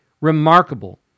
remarkable